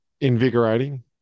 Invigorating